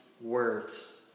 words